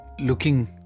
looking